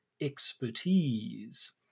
Expertise